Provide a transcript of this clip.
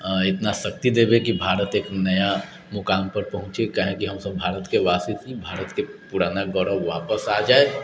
इतना शक्ति देबैकि भारत एक नया मुकाम पर पहुँचै काहेकि हम सभ भारतके वासी छी भारतके पुराना गौरव वापस आ जाइ